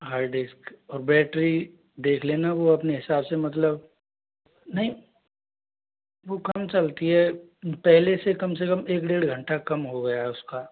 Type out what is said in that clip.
hard disk और battery देख लेना वो अपने हिसाब से मतलब नहीं वो कम चलती है पहले से कम से कम एक डेढ़ घंटा कम हो गया है उसका